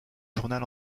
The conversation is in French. journal